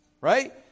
right